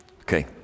okay